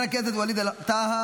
על נשיא העליון,